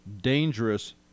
dangerous